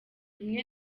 rimwe